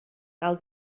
cal